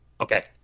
Okay